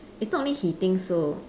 it's not only he thinks so